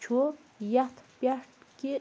چھُ یَتھ پٮ۪ٹھ کہِ